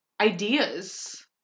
ideas